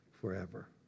forever